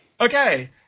okay